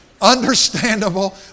Understandable